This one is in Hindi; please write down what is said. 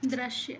दृश्य